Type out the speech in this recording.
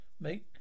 make